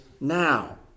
now